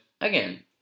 again